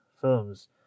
films